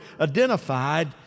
identified